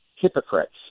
hypocrites